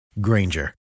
Granger